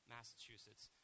Massachusetts